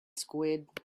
squid